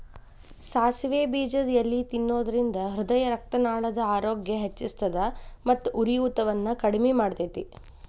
ಸಾಸಿವೆ ಬೇಜದ ಎಲಿ ತಿನ್ನೋದ್ರಿಂದ ಹೃದಯರಕ್ತನಾಳದ ಆರೋಗ್ಯ ಹೆಚ್ಹಿಸ್ತದ ಮತ್ತ ಉರಿಯೂತವನ್ನು ಕಡಿಮಿ ಮಾಡ್ತೆತಿ